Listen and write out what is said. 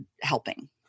helping